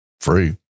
Free